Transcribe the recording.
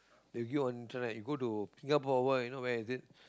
they give on internet you got to Singapore Power you know where is it